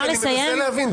נקודה.